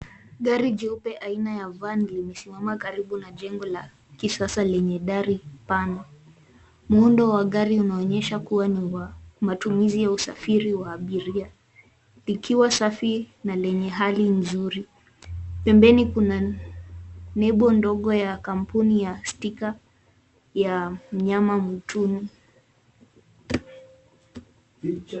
Gari jeupe aina ya Van limesimama karibu na jengo la kisasa lenye dari pana. Muundo wa gari unaonyesha kuwa ni wa matumizi ya usafiri wa abiria lilikiwa safi na lenye hali mzuri. Pembeni kuna nebo dogo ya kampuni ya [c.s]sticker ya mnyama mwituni.